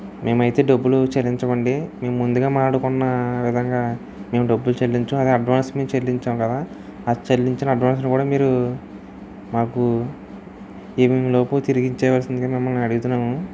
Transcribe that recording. మేమైతే డబ్బులు చెల్లించవండి మేము ముందుగా మాట్లాడుకున్న విధంగా మేము డబ్బులు చెల్లించం అదే అడ్వాన్స్ మేము చెల్లించాము కదా ఆ చెల్లించిన అడ్వాన్స్ ని కూడా మీరు మాకు ఈవినింగ్ లోపు తిరిగి ఇచ్చేయవలసిందిగా మిమ్మల్ని అడుగుతున్నాము